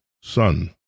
son